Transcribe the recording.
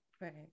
right